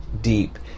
deep